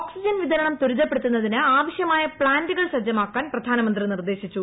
oxygen വിതരണം ത്വരിതപ്പെടുത്തുന്നതിന് ആവശ്യമായ പ്ലാന്റുകൾ സജ്ജമാക്കാൻ പ്രധാനമന്ത്രി നിർദ്ദേശിച്ചു